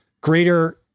greater